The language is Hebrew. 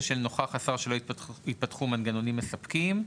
של "נוכח השר שלא התפתחו מנגנונים מספקים".